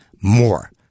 more